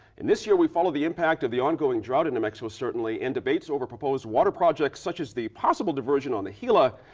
and this year we followed the impact of the ongoing drought in new mexico, certainly, and debates over proposed water projects, such as the possible diversion on the gila.